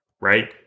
right